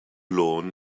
lawn